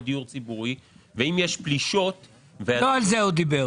של דיור ציבורי ואם יש פלישות --- לא על זה הוא דיבר.